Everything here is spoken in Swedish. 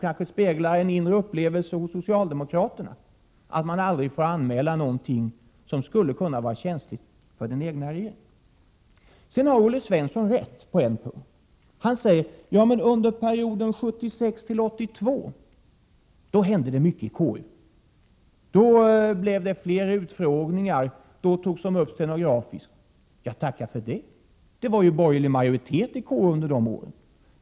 Kanske speglar den en inre upplevelse hos socialdemokraterna: att man aldrig får anmäla någonting som skulle kunna vara känsligt för den egna regeringen. Olle Svensson har rätt på en punkt. Han sade att det under perioden 1976-1982 hände mycket i KU. Då blev det fler utfrågningar och då togs de upp stenografiskt. Ja, tacka för det, det var ju borgerlig majoritet i KU under de åren.